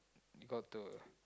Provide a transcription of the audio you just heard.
you got to